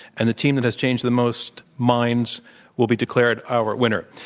and the team that has changed the most minds will be declared our winner.